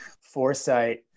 foresight